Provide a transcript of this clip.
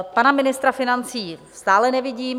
Pana ministra financí stále nevidím.